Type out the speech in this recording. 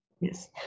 Yes